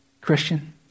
Christian